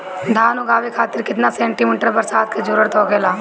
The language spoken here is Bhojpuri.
धान उगावे खातिर केतना सेंटीमीटर बरसात के जरूरत होखेला?